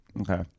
Okay